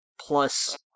Plus